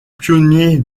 pionniers